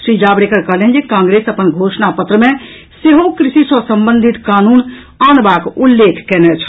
श्री जावड़ेकर कहलनि जे कांग्रेस अपन घोषणा पत्र मे सेहो कृषि से संबंधित कानून आनबाक उल्लेख कयने छल